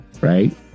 right